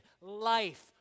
life